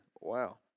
Wow